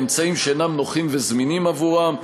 באמצעים שאינם נוחים וזמינים עבורם,